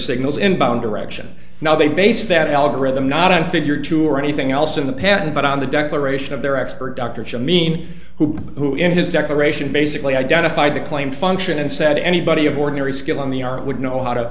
signals inbound direction now they base that algorithm not on figure two or anything else in the pattern but on the declaration of their expert dr shamim who who in his declaration basically identified the claim function and said anybody of ordinary skill in the art would you know how to